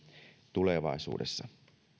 tulevaisuudessa